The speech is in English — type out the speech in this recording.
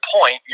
point